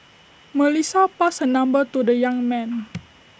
Melissa passed her number to the young man